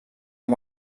han